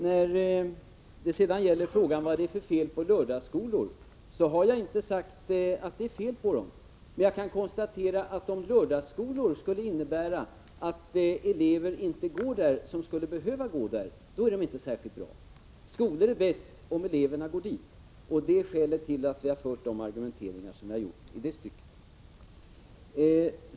När det sedan gäller frågan om vad det är för fel på lördagsskolor, så har jag inte sagt att det är fel på dem, men jag kan konstatera att om lördagsskolor skulle innebära att elever inte går där som skulle behöva gå där, då är de inte särskilt bra. Skolor är bäst om eleverna går dit. Det är skälet till den argumentering som jag har använt i det stycket.